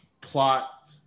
plot